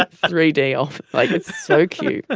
but three day off like it's so cute. ah